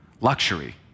luxury